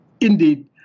indeed